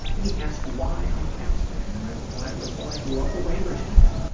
then he asked why i'm a caps fan and my reply was, well, i grew up a whalers fan.